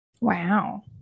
Wow